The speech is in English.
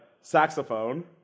saxophone